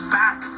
back